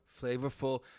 flavorful